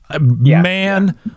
Man